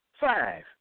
Five